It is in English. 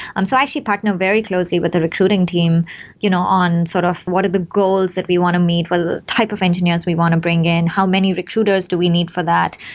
um so actually partner very closely with the recruiting team you know on sort of what are the goals that we want to meet? what are the type of engineers we want to bring in? how many recruiters do we need for that?